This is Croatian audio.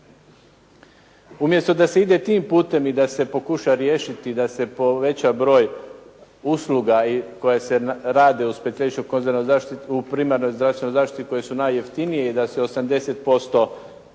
Umjesto da se ide tim putem i da se pokuša riješiti da se poveća broj usluga koje se rade u specijalističko-konzilijarnoj zaštiti, u primarnoj zdravstvenoj zaštiti koje su najjeftinije i da se 80% problema